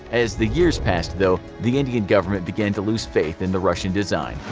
as the years passed though, the indian government began to lose faith in the russian design.